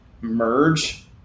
merge